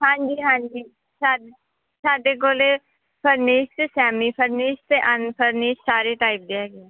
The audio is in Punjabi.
ਹਾਂਜੀ ਹਾਂਜੀ ਸਾਡ ਸਾਡੇ ਕੋਲ ਫਰਨੀਸ਼ ਸੈਮੀ ਫਰਨੀਸ਼ ਅਤੇ ਅਨਫਰਨੀਸ਼ ਸਾਰੇ ਟਾਈਪ ਦੇ ਹੈਗੇ ਆ